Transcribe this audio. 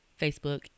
Facebook